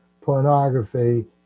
pornography